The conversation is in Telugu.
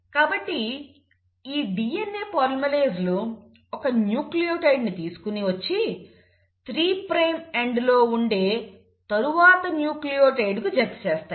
కాబట్టి ఈ DNA పాలిమరేస్లు ఒక న్యూక్లియోటైడ్ ను తీసుకొని వచ్చి 3 ప్రైమ్ అండ్ లో ఉండే తరువాతి న్యూక్లియోటైడ్ కు జత చేస్తాయి